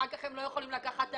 אחר כך הם לא יכולים לקחת הלוואות.